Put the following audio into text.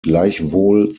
gleichwohl